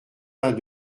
vingt